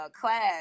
class